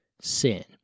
sin